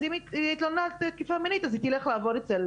אז אם היא התלוננה על תקיפה מינית אז היא תלך לעבוד אצל